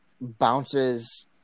bounces